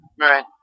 Right